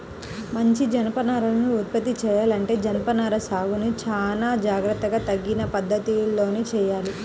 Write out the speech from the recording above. మంచి జనపనారను ఉత్పత్తి చెయ్యాలంటే జనపనార సాగును చానా జాగర్తగా తగిన పద్ధతిలోనే చెయ్యాలి